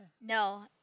No